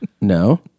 No